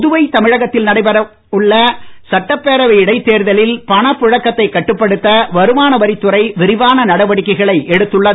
புதுவை தமிழகத்தில் நடைபெற உள்ள சட்டப்பேவை இடைத் தேர்தலில் பணப்புழக்கத்தை கட்டுப்படுத்த வருமான வரித்துறை விரிவான நடவடிக்கைகளை எடுத்துள்ளது